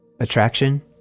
Attraction